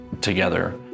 together